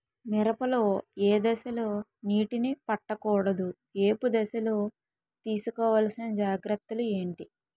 మిరప లో ఏ దశలో నీటినీ పట్టకూడదు? ఏపు దశలో తీసుకోవాల్సిన జాగ్రత్తలు ఏంటి?